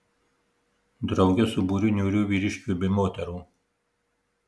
drauge su būriu niūrių vyriškių bei moterų